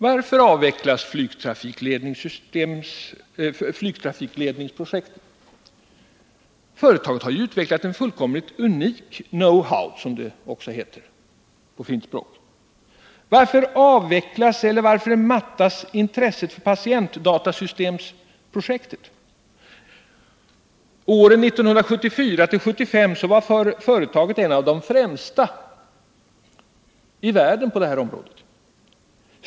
Varför avvecklas flygtrafikledningsprojektet? Företaget har ju utvecklat en fullkomligt unik know-how, som det heter på fint språk. Varför avvecklas — eller varför mattas intresset för — patientdatasystemprojektet? Åren 1974-1975 var företaget ett av de främsta företagen i världen på detta område.